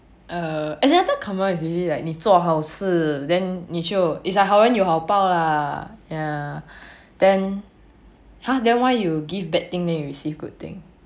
err as in I thought karma is usually like 你做好事 then 你就 is or like 好人有好报 lah then then why you give bad thing then you receive good thing